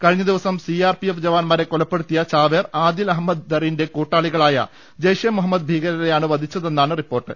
കഴിഞ്ഞ ദിവസം സിആർപിഎഫ് ജവാൻമാരെ കൊല പ്പെടുത്തിയ ചാവേർ ആദിൽ അഹമ്മദ് ധറിന്റെ കൂട്ടാളികളായ ജയ്ഷെമുഹമ്മദ് ഭീകരരെയാണ് വധിച്ചതെന്നാണ് റിപ്പോർട്ട്